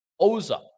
Oza